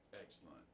Excellent